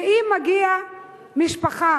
ואם מגיעה משפחה